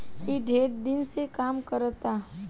ई ढेर दिन से काम करता